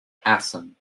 assam